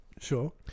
Sure